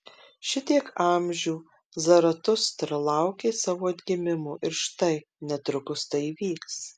šitiek amžių zaratustra laukė savo atgimimo ir štai netrukus tai įvyks